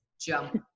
jump